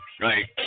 Right